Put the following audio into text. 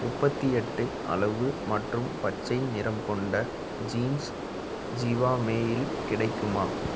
முப்பத்து எட்டு அளவு மற்றும் பச்சை நிறம் கொண்ட ஜீன்ஸ் ஜிவாமேயில் கிடைக்குமா